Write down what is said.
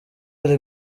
ari